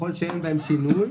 ככל שאין בהם שינוי,